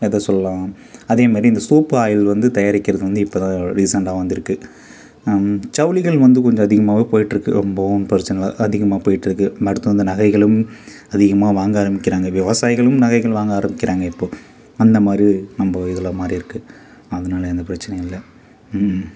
எதை சொல்லாம் அதே மாரி இந்த சோப்பு ஆயில் வந்து தயாரிக்கிறது வந்து இப்போ தான் ரீசெண்டாக வந்து இருக்கு ஜவுளிகள் வந்து கொஞ்சம் அதிகமாகவே போயிகிட்டு இருக்கு ரொம்பவும் பிரச்சனை இல்லை அதிகமாக போயிகிட்டு இருக்கு அடுத்து வந்து நகைகளும் அதிகமாக வாங்க ஆரம்பிக்கிறாங்க விவசாயிகளும் நகைகள் வாங்க ஆரம்பிக்கிறாங்க இப்போ அந்த மாரி நம்ப இதில் மாறி இருக்கு அதனால எந்த பிரச்சனையும் இல்லை